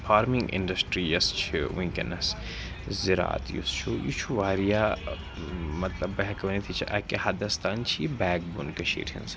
farming industry یَس چھِ وٕنکٮ۪نَس زِرات یُس چھُ یہِ چھُ واریاہ مطلب بہٕ ہٮ۪کہٕ ؤنِتھ یہِ چھِ اَکہِ حَدَس تانۍ چھِ یہِ بیک بون کٔشیٖر ہِنٛز